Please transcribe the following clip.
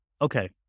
Okay